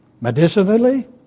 Medicinally